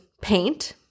paint